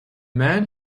man